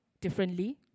differently